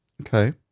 Okay